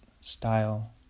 style